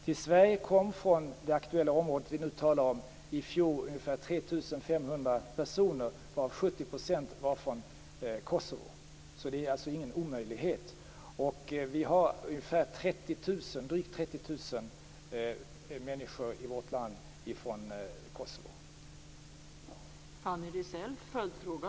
Till Sverige kom från det aktuella området i fjor ungefär 3 500 personer, varav 70 % från Kosovo. Det är alltså ingen omöjlighet. Vi har drygt 30 000 människor i vårt land från Kosovo.